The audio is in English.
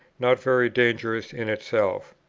not very dangerous in itself,